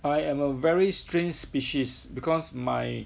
I am a very strange species because my